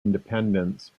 independence